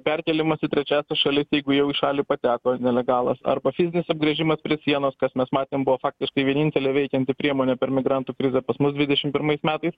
perkėlimas į trečiąsias šalis jeigu jau į šalį pateko nelegalas arba fizinis atgręžimas prie sienos kas mes matėm buvo faktiškai vienintelė veikianti priemonė per migrantų krizę pas mus dvidešim pirmais metais